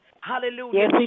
Hallelujah